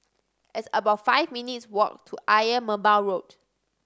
it's about five minutes' walk to Ayer Merbau Road